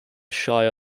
shire